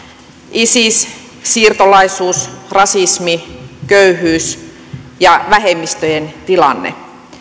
isis siirtolaisuus rasismi köyhyys ja vähemmistöjen tilanne